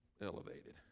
elevated